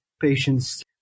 patients